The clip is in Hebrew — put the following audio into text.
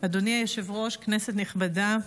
אדוני היושב-ראש, כנסת נכבדה,